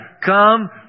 come